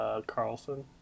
Carlson